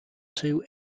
two